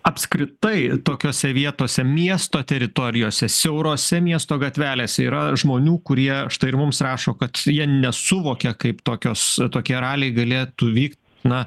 apskritai tokiose vietose miesto teritorijose siaurose miesto gatvelėse yra žmonių kurie štai ir mums rašo kad jie nesuvokia kaip tokios tokie raliai galėtų vyk na